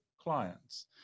clients